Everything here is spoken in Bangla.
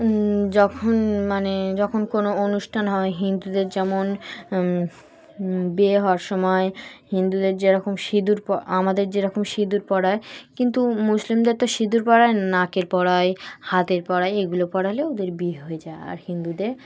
যখন মানে যখন কোনো অনুষ্ঠান হয় হিন্দুদের যেমন বিয়ে হওয়ার সময় হিন্দুদের যেরকম সিঁদুর আমাদের যেরকম সিঁদুর পড়ায় কিন্তু মুসলিমদের তো সিঁদুর পড়ায় না নাকের পড়ায় হাতের পড়ায় এগুলো পড়ালে ওদের বিয়ে হয়ে যায় আর হিন্দুদের